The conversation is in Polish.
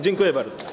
Dziękuję bardzo.